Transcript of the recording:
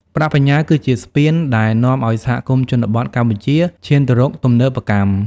ប្រាក់បញ្ញើគឺជា "ស្ពាន" ដែលនាំឱ្យសហគមន៍ជនបទកម្ពុជាឈានទៅរកទំនើបកម្ម។